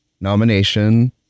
nomination